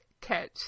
catch